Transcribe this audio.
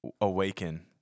awaken